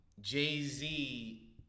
Jay-Z